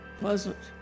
pleasant